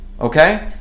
Okay